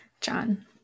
John